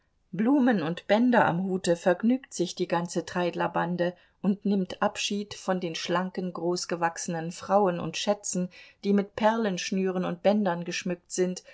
blumen und bänder am hute vergnügt sich die ganze treidlerbande und nimmt abschied von den schlanken großgewachsenen frauen und schätzen die mit perlenschnüren und bändern geschmückt sind